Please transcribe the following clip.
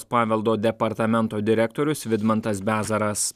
paveldo departamento direktorius vidmantas bezaras